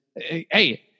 hey